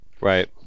right